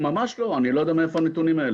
אני לא יודע מאיפה הנתונים האלה.